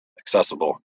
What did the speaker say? accessible